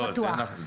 לא, זה נכון.